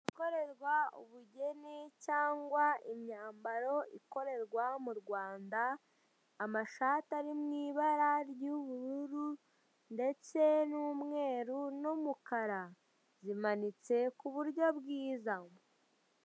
Gukorerwa ubugeni cyangwa imyambaro ikorerwa mu rwanda amashati ari m'ibara ry'ubururu ndetse n'umweru n'umukara, zimanitse ku buryo bwiza.